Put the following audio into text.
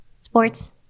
sports